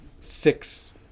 six